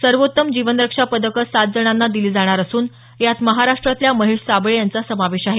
सर्वोत्तम जीवन रक्षा पदकं सात जणांना दिली जाणार असून यात महाराष्ट्रातल्या महेश साबळे यांचा समावेश आहे